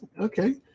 okay